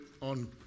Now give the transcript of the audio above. on